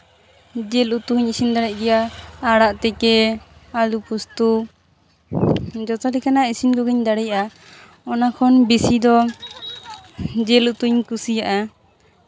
ᱡᱤᱞ ᱩᱛᱩ ᱦᱚᱧ ᱤᱥᱤᱱ ᱫᱟᱲᱮᱭᱟᱜ ᱜᱮᱭᱟ ᱟᱲᱟᱜ ᱛᱤᱠᱤ ᱟᱹᱞᱩ ᱯᱳᱥᱛᱩ ᱡᱚᱛᱚ ᱞᱮᱠᱟᱱᱟᱜ ᱤᱥᱤᱱ ᱠᱚᱜᱮᱧ ᱫᱟᱲᱮᱭᱟᱜᱼᱟ ᱚᱱᱟᱠᱷᱚᱱ ᱵᱮᱥᱤ ᱫᱚ ᱡᱮᱞ ᱩᱛᱩᱧ ᱠᱩᱥᱤᱭᱟᱜᱼᱟ